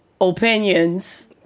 opinions